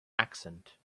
accent